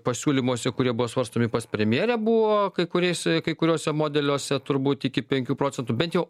pasiūlymuose kurie buvo svarstomi pas premjerę buvo kai kuriais kai kuriuose modeliuose turbūt iki penkių procentų bent jau